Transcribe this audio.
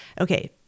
Okay